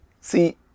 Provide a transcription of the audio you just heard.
See